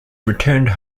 returned